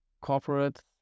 corporate